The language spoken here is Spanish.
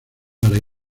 para